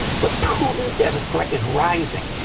but putin as a threat is rising.